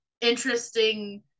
interesting